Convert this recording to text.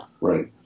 right